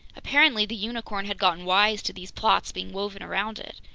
apparently the unicorn had gotten wise to these plots being woven around it.